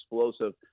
explosive